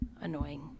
annoying